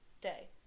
day